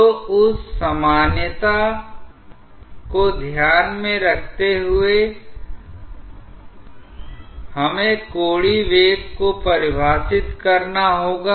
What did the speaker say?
तो उस सामान्यता को ध्यान में रखते हुए हमें कोणीय वेग को परिभाषित करना होगा